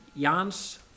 Jans